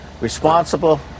Responsible